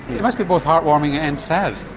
it must be both heartwarming and sad?